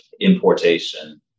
importation